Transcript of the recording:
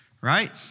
right